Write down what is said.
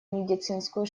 медицинскую